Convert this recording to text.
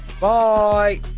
Bye